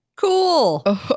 Cool